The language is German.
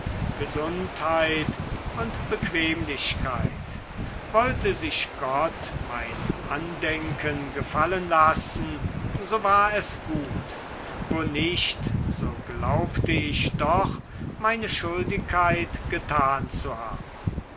gesundheit und bequemlichkeit wollte sich gott mein andenken gefallen lassen so war es gut wo nicht so glaubte ich doch meine schuldigkeit getan zu haben